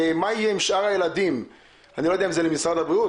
מה יהיה עם שאר הילדים - אני לא יודע אם זה למשרד הבריאות.